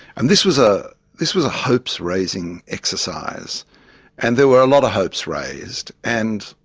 and this was ah this was a hopes-raising exercise and there were a lot of hopes raised and,